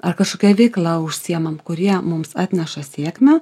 ar kažkokia veikla užsiimam kurie mums atneša sėkmę